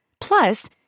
Plus